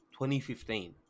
2015